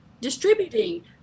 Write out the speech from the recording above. distributing